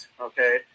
okay